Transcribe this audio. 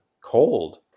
cold